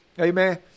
Amen